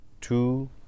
two